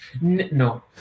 No